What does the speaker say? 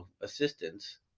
assistance